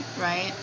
right